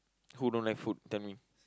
who don't like food tell me